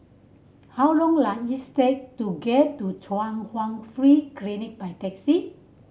how long does it take to get to Chung Hwa Free Clinic by taxi